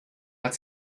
hat